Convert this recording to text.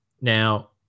now